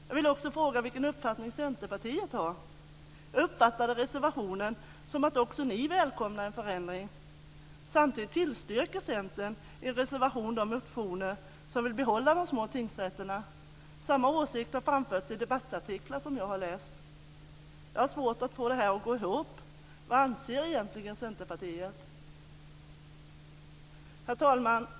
Jag vill också fråga vilken uppfattning Centerpartiet har. Jag uppfattar reservationen som att också Centern välkomnar en förändring. Samtidigt tillstyrker de i en reservation de motioner där man vill behålla de små tingsrätterna. Samma åsikt har framförts i debattartiklar som jag har läst. Jag har svårt att få det här att gå ihop. Vad anser egentligen Centerpartiet? Herr talman!